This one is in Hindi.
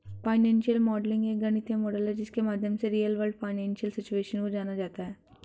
फाइनेंशियल मॉडलिंग एक गणितीय मॉडल है जिसके माध्यम से रियल वर्ल्ड फाइनेंशियल सिचुएशन को जाना जाता है